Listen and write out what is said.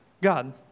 God